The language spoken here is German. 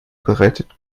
bereitet